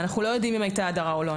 אנחנו לא יודעים אם היתה הדרה או לא.